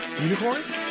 Unicorns